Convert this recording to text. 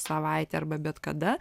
savaitę arba bet kada